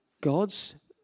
God's